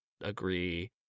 agree